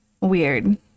weird